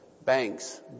banks